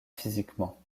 physiquement